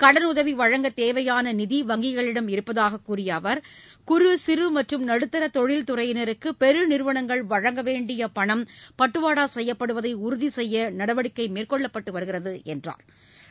கடனுதவி வழங்கத் தேவையான நிதி வங்கிகளிடம் இருப்பதாக கூறிய அவர் குறு சிறு மற்றும் நடுத்தர தொழில்துறையினருக்கு பெருநிறுவனங்கள் வழங்க வேண்டிய பணம் பட்டுவாடா செய்யப்படுவதை உறுதி செய்ய நடவடிக்கை மேற்கொள்ளப்பட்டு வருகிறது என்றார்